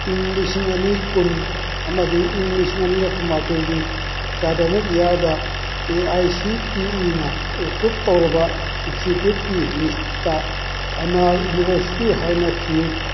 ꯏꯪ ꯂꯤꯁꯤꯡ ꯑꯅꯤ ꯀꯨꯟ ꯑꯃꯗꯤ ꯏꯪ ꯂꯤꯁꯤꯡ ꯑꯅꯤꯒ ꯀꯨꯟꯃꯥꯊꯣꯏꯒꯤ ꯑꯦꯀꯥꯗꯃꯤꯛ ꯏꯌꯥꯔꯗ ꯑꯦ ꯑꯥꯏ ꯁꯤ ꯇꯤ ꯏꯅ ꯑꯦꯄ꯭ꯔꯨꯞ ꯇꯧꯔꯕ ꯏꯟꯁꯇꯤꯇ꯭ꯌꯨꯠꯀꯤ ꯂꯤꯁꯇ ꯑꯅꯥ ꯌꯨꯅꯤꯚꯔꯁꯤꯇꯤ ꯍꯥꯏꯅ ꯊꯤꯌꯨ